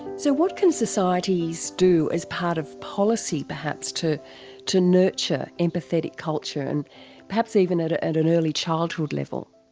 so what can societies do as part of policy perhaps to to nurture empathetic culture and perhaps even at ah at an early childhood level?